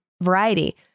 variety